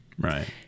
right